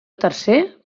tercer